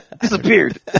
Disappeared